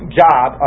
job